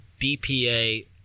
BPA